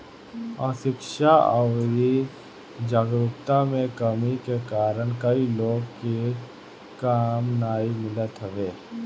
अशिक्षा अउरी जागरूकता में कमी के कारण कई लोग के काम नाइ मिलत हवे